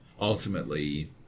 ultimately